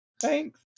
Thanks